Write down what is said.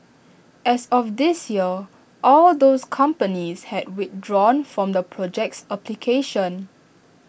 as of this year all of those companies had withdrawn from the project's application